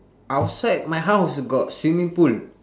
outside my house got swimming pool